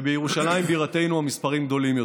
ובירושלים בירתנו המספרים גדולים יותר.